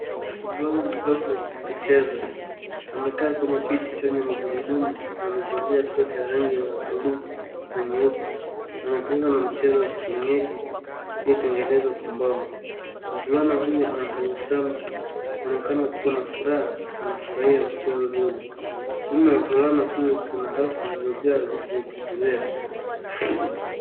Mvulana mdogo akicheza. Amekaa kwenye kiti chenye magurudumu na amevalia sweta ya rangi za bluu na nyeupe. Anacheza na mchezo wa kienyeji, uliotengenezwa kwa mbao. Mvulana huyu anatabasamu, anaonekana kuwa na furaha, anafurahia mchezo huo. Nyuma ya mvulana huyo kuna rafu zilizojaa vitu za kuchezea.